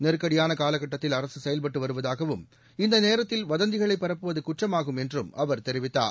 நெருக்கடியான காலக்கட்டத்தில் அரசு செயல்பட்டு வருவதாகவும் இந்த நேரத்தில் வதந்திகளை பரப்புவது குற்றமாகும் என்றும் அவர் தெரிவித்தார்